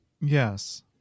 Yes